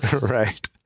right